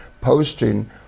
posting